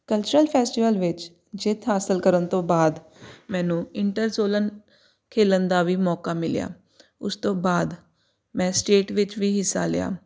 cultural festival ਵਿੱਚ ਜਿੱਤ ਹਾਸਿਲ ਕਰਨ ਤੋਂ ਬਾਅਦ ਮੈਨੂੰ ਇੰਟਰਜ਼ੋਲਨ ਖੇਡਣ ਦਾ ਵੀ ਮੌਕਾ ਮਿਲਿਆ ਉਸ ਤੋਂ ਬਾਅਦ ਮੈਂ ਸਟੇਟ ਵਿੱਚ ਵੀ ਹਿੱਸਾ ਲਿਆ